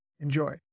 Enjoy